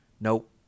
nope